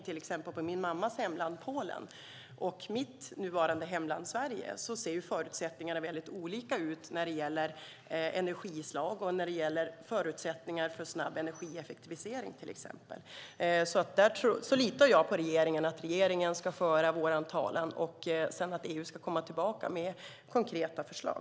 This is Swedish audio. I min mammas hemland Polen och i mitt hemland Sverige ser ju förutsättningarna olika ut när det gäller till exempel energislag och snabb energieffektivisering. Jag litar på att regeringen för vår talan och att EU kommer tillbaka med konkreta förslag.